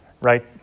Right